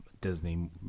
Disney